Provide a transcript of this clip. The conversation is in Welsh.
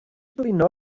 blino